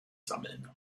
sammeln